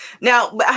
Now